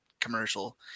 commercial